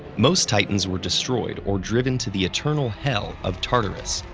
most titans were destroyed or driven to the eternal hell of tartarus.